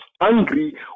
angry